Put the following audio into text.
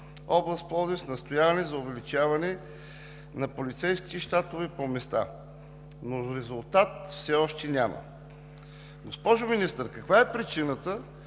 област Пловдив с настояване за увеличаване на полицейските щатове по места, но резултат все още няма. Госпожо Министър, каква е причината